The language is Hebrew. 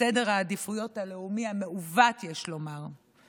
מסדר העדיפויות הלאומי המעוות, יש לומר.